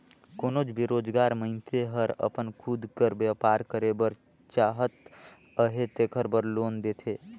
कोनोच बेरोजगार मइनसे हर अपन खुद कर बयपार करे बर चाहत अहे तेकर बर लोन देथे